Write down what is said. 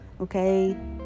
Okay